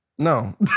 No